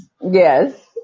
Yes